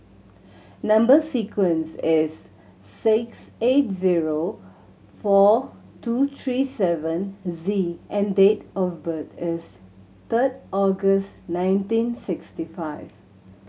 number sequence is S six eight zero four two three seven Z and date of birth is third August nineteen sixty five